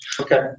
Okay